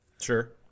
Sure